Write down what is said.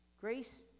Grace